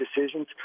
decisions